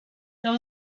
there